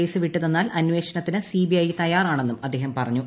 case വിട്ടുതന്നാൽ അന്വേഷണത്തിന് CBI തയ്യാറാണെന്നും അദ്ദേഹം പറഞ്ഞു